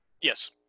Yes